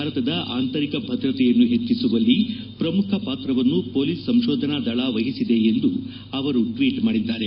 ಭಾರತದ ಆಂತರಿಕ ಭದ್ರತೆಯನ್ನು ಹೆಚ್ಚಿಸುವಲ್ಲಿ ಪ್ರಮುಖ ಪಾತ್ರವನ್ನು ಪೊಲೀಸ್ ಸಂತೋಧನಾ ದಳ ವಹಿಸಿದೆ ಎಂದು ಅವರು ಟ್ನೀಟ್ ಮಾಡಿದ್ಗಾರೆ